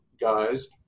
guys